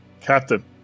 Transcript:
Captain